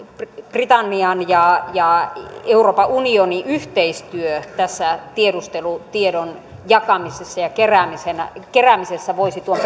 britannian ja ja euroopan unionin yhteistyö tässä tiedustelutiedon jakamisessa ja keräämisessä keräämisessä voisi tuon